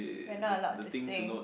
we are not allow to sing